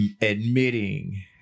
admitting